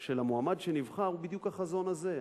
של המועמד שנבחר הוא בדיוק החזון הזה.